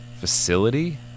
facility